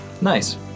nice